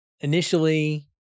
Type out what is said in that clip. Initially